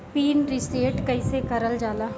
Pin reset कईसे करल जाला?